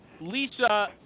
Lisa